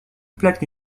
plaque